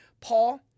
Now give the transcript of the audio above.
Paul